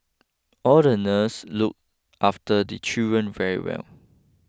all the nurse look after the children very well